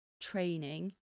training